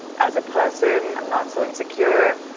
as a person. i'm not so insecure.